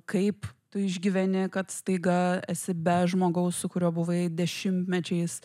kaip tu išgyveni kad staiga esi be žmogaus su kuriuo buvai dešimtmečiais